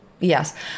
Yes